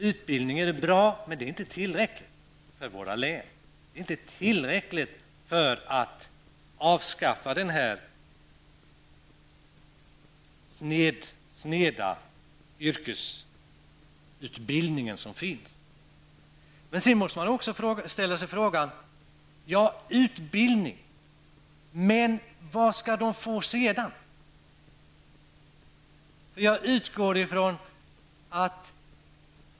Utbildningen är bra, men den är inte tillräcklig för våra län. Den är inte tillräcklig för att avskaffa den sneda yrkesutbildning som finns. Man måste också ställa sig frågan vad de skall få sedan, efter utbildningen.